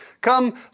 Come